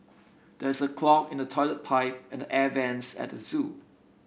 there's a clog in the toilet pipe and the air bents at the zoo